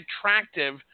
attractive